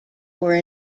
were